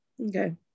Okay